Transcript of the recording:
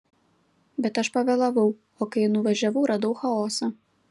bet aš pavėlavau o kai nuvažiavau radau chaosą